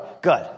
good